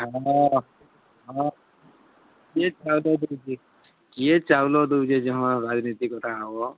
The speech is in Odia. ହଁ ହଁ ହଁ କିଏ ଚାଉଲ୍ ଦଉଛେ କିଏ ଚାଉଲ୍ ଦଉଛେ ଯେ ହଁ ରାଜନୀତି କଥା ହବ